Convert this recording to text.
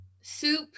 soup